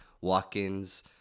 walk-ins